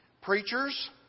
preachers